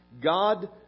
God